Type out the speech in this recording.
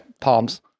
palms